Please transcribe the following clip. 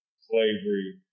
slavery